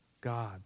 God